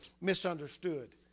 misunderstood